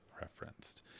referenced